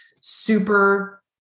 super